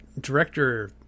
director